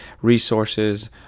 resources